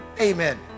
Amen